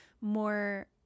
more